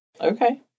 Okay